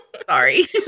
Sorry